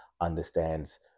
understands